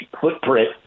footprint